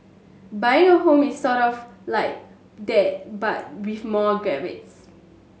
buying a home is sort of like that but with more caveats